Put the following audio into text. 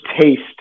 taste